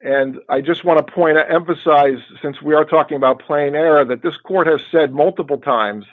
and i just want to point to emphasize since we are talking about plain error that this court has said multiple times